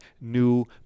new